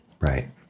Right